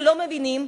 שלא מבינים,